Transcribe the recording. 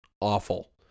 awful